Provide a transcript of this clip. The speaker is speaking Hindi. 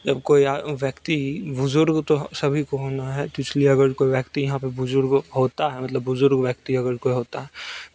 जब कोई आ व्यक्ति बुज़ुर्ग तो सभी को होना है तो इसलिए अगर कोई व्यक्ति यहाँ पे बुज़ुर्ग होता है मतलब बुज़ुर्ग व्यक्ति अगर कोई होता है